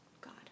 God